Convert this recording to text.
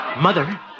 Mother